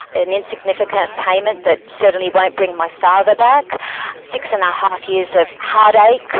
an insignificant payment that certainly won't bring my father back six-and-a-half years of heartache,